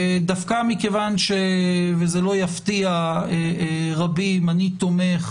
דווקא מכיוון וזה לא יפתיע רבים שאני תומך